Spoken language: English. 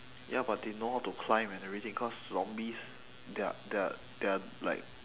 ya but they know how to climb and everything cause zombies they're they're they're like